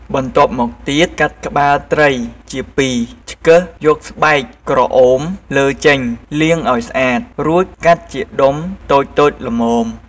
បន្ទាប់មកទៀត ពុះក្បាលត្រីជាពីរ ឆ្កឹះយកស្បែកក្រអូមលើចេញលាងឲ្យស្អាត រួចកាត់ជាដុំតូចៗល្មម។